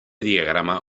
diagrama